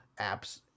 apps